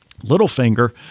Littlefinger